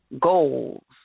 Goals